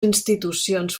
institucions